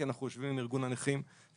כי אנחנו יושבים עם ארגון הנכים והם